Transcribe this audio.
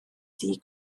ddi